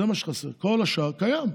זה מה שחסר, כל השאר קיים.